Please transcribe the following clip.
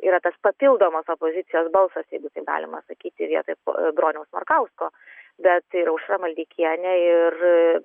yra tas papildomas opozicijos balsas jeigu tai galima sakyti vietoj broniaus markausko bet ir aušrą maldeikienę ir